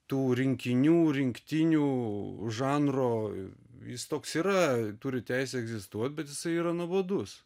tų rinkinių rinktinių žanro jis toks yra turi teisę egzistuot bet jisai yra nuobodus